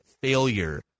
failure